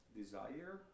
desire